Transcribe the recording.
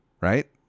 Right